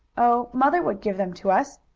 oh, mother would give them to us.